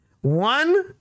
One